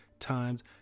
times